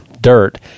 dirt